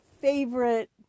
favorite